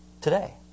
today